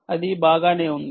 అది బాగానే ఉంది